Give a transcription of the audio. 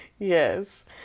Yes